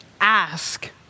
ask